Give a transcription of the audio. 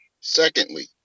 Secondly